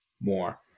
more